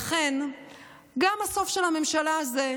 לכן גם הסוף של הממשלה הזו